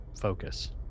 focus